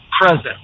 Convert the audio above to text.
present